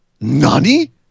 Nani